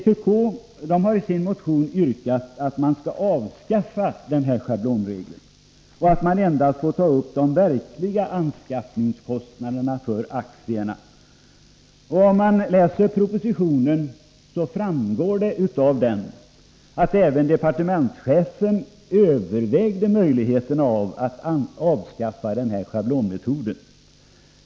Vpk har i sin motion yrkat att man skall avskaffa schablonregeln och att man endast skall få ta upp de verkliga anskaffningskostnaderna för aktierna. Om man läser propositionen finner man att även departementschefen övervägde möjligheten att avskaffa schablonregeln.